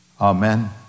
Amen